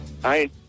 Hi